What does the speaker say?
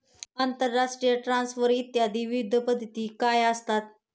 आंतरराष्ट्रीय ट्रान्सफर इत्यादी विविध पद्धती काय असतात?